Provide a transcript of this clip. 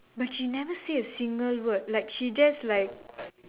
but she never say a single word like she just like